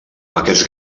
aquests